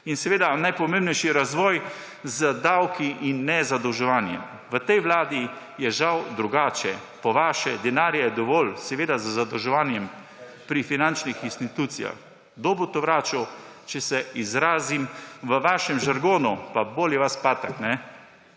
in najpomembnejši je razvoj z davki in ne zadolževanjem. V tej vladi je žal drugače, po vaše je denarja dovolj, seveda z zadolževanjem pri finančnih institucijah. Kdo bo to vračal? Če se izrazim v vašem žargonu: boli vas patak.